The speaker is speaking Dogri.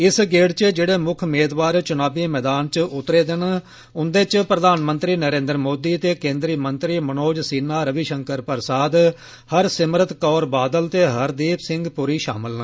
इस गेड़ इच जेड़े मुक्ख मेदवार चुनावी मैदान च उतरे दे न उन्दे च प्रधानमंत्री नरेन्द्र मोदी ते केंद्री मंत्री मनोज सिंन्हा रवि षंकर प्रसाद हरसिमरत कौर बादल ते हरदीप सिंह पुरी षामल न